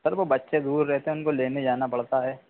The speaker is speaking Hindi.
सर वो बच्चे दूर रहतें हैं उनको लेने जाना पड़ता है